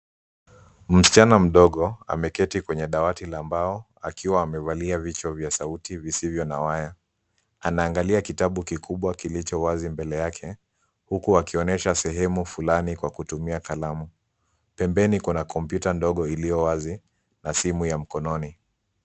Msichana mdogo ameketi kwenye dawati la mbao akiwa amevalia vichwa vya sauti visivyo na waya. Anaangalia kitabu kikubwa kilicho wazi mbele yake huku akionyesha sehemu fulani kwa kutumia kalamu. Pembeni kuna kompyuta ndogo iliyo wazi na simu ya mkononi.